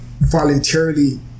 voluntarily